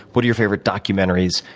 what are your favorite documentaries,